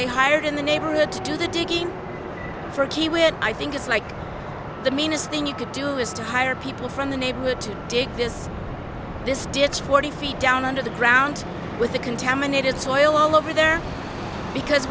they hired in the neighborhood to do the digging for kiewit i think it's like the meanest thing you could do is to hire people from the neighborhood to dig this this ditch forty feet down under the ground with the contaminated soil over there because